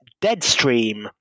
Deadstream